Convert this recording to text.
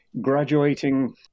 graduating